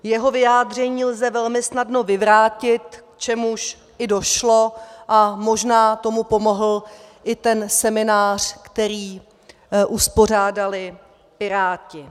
Jeho vyjádření lze velmi snadno vyvrátit, k čemuž i došlo, a možná tomu pomohl i ten seminář, který uspořádali Piráti.